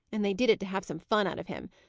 and they did it to have some fun out of him.